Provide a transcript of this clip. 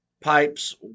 pipes